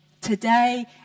Today